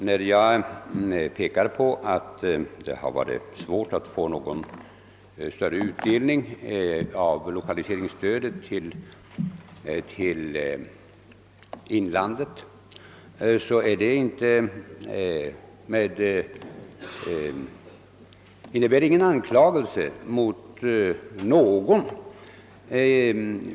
Herr talman! Mitt uttalande, att det varit svårt att få någon större utdelning av lokaliseringsstödet till inlandet, innebär ingen anklagelse mot någon.